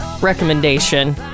recommendation